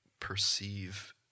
perceive